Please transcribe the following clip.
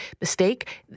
mistake